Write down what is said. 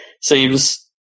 seems